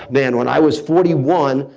man, when i was forty one,